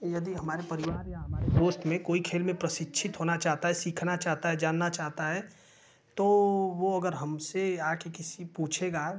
यदि हमारे परिवार या हमारे दोस्त में कोई खेल में प्रशिक्षित होना चाहता है सीखना चाहता है जानना चाहता है तो वह अगर हमसे आ कर किसी पूछेगा